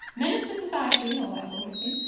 menace to society and all that sort of thing.